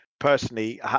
Personally